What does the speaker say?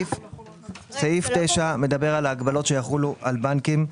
סעיף 9 מדבר על ההגבלות שיחולו על בנקים.